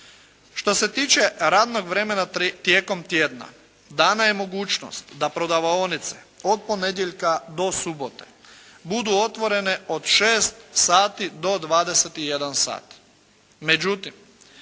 Što se tiče radnog vremena tijekom tjedna dana je mogućnost da prodavaonice od ponedjeljka do subote budu otvorene od 6 sati do 21 sat.